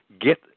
get